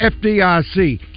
FDIC